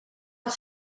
els